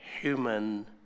human